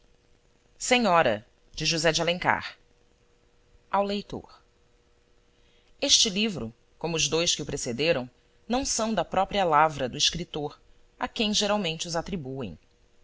livro josé de alencar ao leitor este livro como os dois que o precederam não são da própria lavra do escritor a quem geralmente os atribuem